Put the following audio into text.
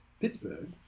Pittsburgh